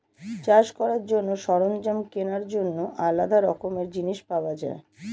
চাষ করার জন্য সরঞ্জাম কেনার জন্য আলাদা রকমের জিনিস পাওয়া যায়